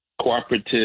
cooperative